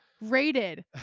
rated